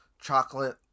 chocolate